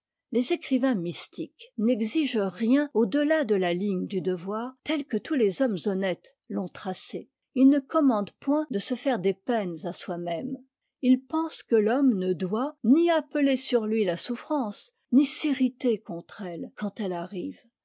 les écrivains mystiques n'exigent rien au delà de la ligne du devoir tehe que tous les hommes honnêtes l'ont tracée ils ne commandent point de se faire des peines à soimême ils pensent que l'homme ne doit ni appeler sur lui la souffrance ni s'irriter contre elle quand elle arrive